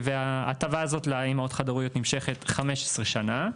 וההטבה הזאת לאימהות חד-הוריות נמשכת 15 שנה,